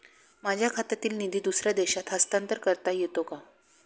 माझ्या खात्यातील निधी दुसऱ्या देशात हस्तांतर करता येते का?